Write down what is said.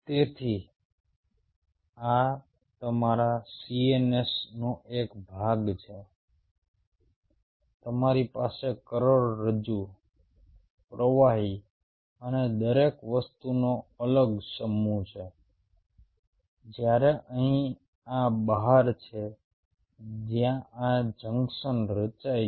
તેથી આ તમારા CNS નો એક ભાગ છે તમારી પાસે કરોડરજ્જુ પ્રવાહી અને દરેક વસ્તુનો અલગ સમૂહ છે જ્યારે અહીં આ બહાર છે જ્યાં આ જંકશન રચાય છે